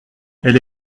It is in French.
elle